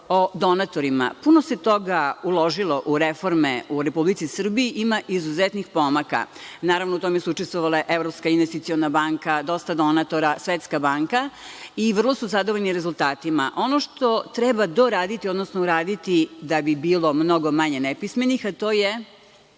o donatorima. Puno se toga uložilo u reforme u Republici Srbiji. Ima izuzetnih pomaka. Naravno, u tome su učestvovale Evropska investiciona banka, dosta donatora, Svetska banka, i vrlo su zadovoljni rezultatima. Ono što treba doraditi, odnosno uraditi da bi bilo mnogo manje nepismenih, to je